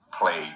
play